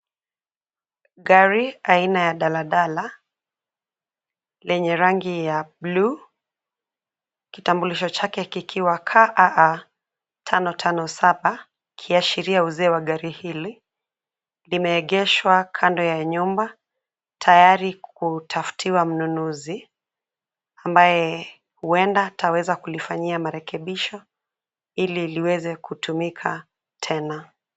Gari aina ya daladala lenye rangi ya bluu. Kitambulisho chake kikiwa KAA 557 kiashiria uzee wa gari hili. Limeegeshwa kando ya nyumba tayari kukutafutiwa mnunuzi, ambaye huenda ataweza kulifanyia marekebisho ili liweze kutumika tena.